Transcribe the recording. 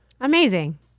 Amazing